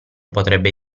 potrebbe